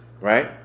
right